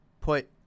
put